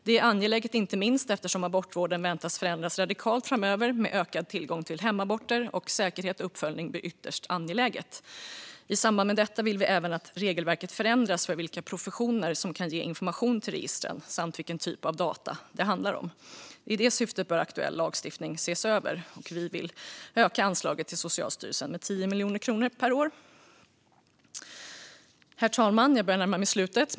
Detta är angeläget inte minst eftersom abortvården väntas förändras radikalt framöver, med ökad tillgång till hemaborter, och säkerhet och uppföljning blir ytterst angeläget. I samband med detta vill vi även att regelverket förändras när det gäller vilka professioner som kan ge information till registren samt vilken typ av data det handlar om. I det syftet bör aktuell lagstiftning ses över. Vi vill öka anslaget till Socialstyrelsen med 10 miljoner kronor per år. Herr talman!